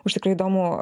už tikrai įdomų